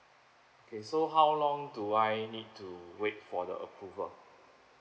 okay so how long do I need to wait for the approval